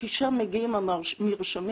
כי לשם מגיעים המרשמים,